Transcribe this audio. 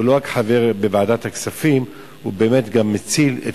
שהוא לא רק חבר בוועדת הכספים אלא באמת מציל את